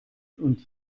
und